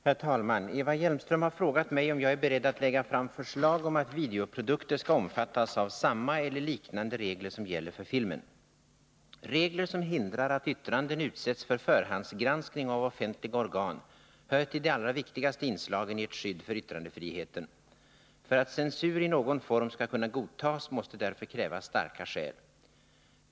Herr talman! Eva Hjelmström har frågat mig om jag är beredd att lägga fram förslag om att videoprodukter skall omfattas av samma eller liknande regler som gäller för filmen. Regler som hindrar att yttranden utsätts för förhandsgranskning av offentliga organ hör till de allra viktigaste inslagen i ett skydd för yttrandefriheten. För att censur i någon form skall kunna godtas måste därför krävas starka skäl.